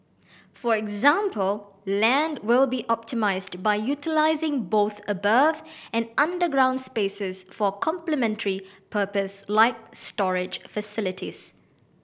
for example land will be optimised by utilising both above and underground spaces for complementary purpose like storage facilities